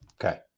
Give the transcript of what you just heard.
Okay